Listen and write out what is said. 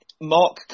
Mark